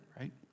right